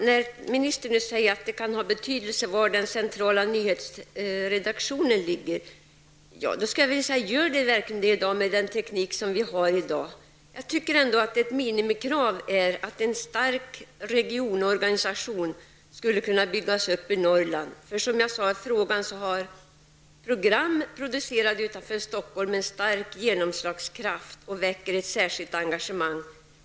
Herr talman! När ministern säger att det kan vara av betydelse var den centrala nyhetsredaktionen ligger vill jag fråga: Gör det verkligen det med den teknik som vi har? Ett minimikrav är dock att en stark regionorganisation byggs upp i Norrland. Som jag sade i min fråga har program med stark genomslagskraft producerats utanför Stockholm. De har väckt ett särskilt engagemang.